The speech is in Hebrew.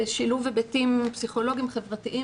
ושילוב היבטים פסיכולוגיים חברתיים